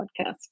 podcast